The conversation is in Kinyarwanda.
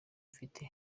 mfite